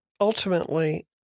ultimately